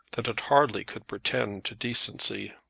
that it hardly could pretend to decency.